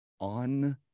on